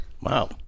Wow